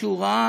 כשהוא ראה